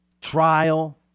trial